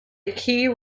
key